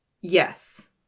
yes